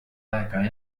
aega